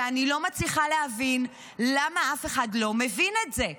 ואני לא מצליחה להבין למה אף אחד לא מבין את זה.